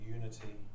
unity